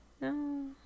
no